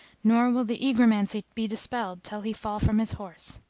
nor will the egromancy be dispelled till he fall from his horse